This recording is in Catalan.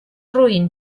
roín